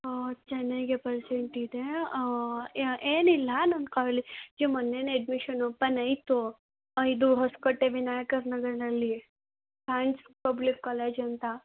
ಹಾಂ ಚೆನ್ನಾಗೇ ಪರ್ಸೆಂಟಿದೆ ಏನಿಲ್ಲ ನನ್ನ ಕಾಲೇ ಜ್ಗೆ ಮೊನ್ನೆಯೇ ಎಡ್ಮಿಷನ್ ಓಪನಾಯ್ತು ಇದು ಹೊಸಕೋಟೆ ವಿನಾಯಕರ್ ನಗರ್ದಲ್ಲಿ ಪಬ್ಲಿಕ್ ಕಾಲೇಜಂತ